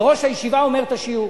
וראש הישיבה אומר את השיעור.